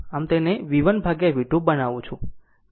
આમ અહીં તેને V1V2 બનાવું છું